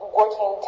working